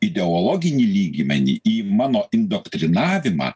ideologinį lygmenį į mano indoktrinavimą